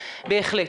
בהחלט.